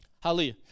Hallelujah